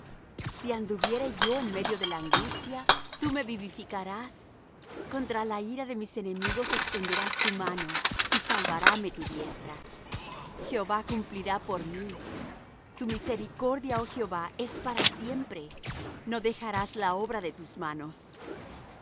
si anduviere yo en medio de la angustia tú me vivificarás contra la ira de mis enemigos extenderás tu mano y salvaráme tu diestra jehová cumplirá por mí tu misericordia oh jehová es para siempre no dejarás la obra de tus manos